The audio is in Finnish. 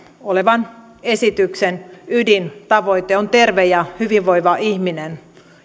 olevan esityksen ydintavoite on terve ja hyvinvoiva ihminen